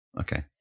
okay